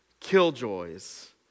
killjoys